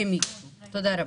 תודה רבה.